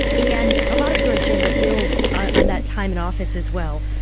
and a lot of your agenda builds on that time in office as well.